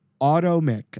Automic